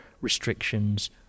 restrictions